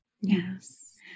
Yes